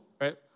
right